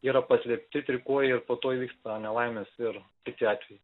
yra paslėpti trikojai ir po to įvyksta nelaimės ir kiti atvejai